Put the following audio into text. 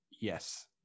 Yes